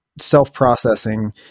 self-processing